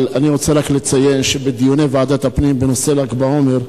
אני רוצה רק לציין שבדיוני ועדת הפנים בנושא ל"ג בעומר,